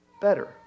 better